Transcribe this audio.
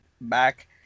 back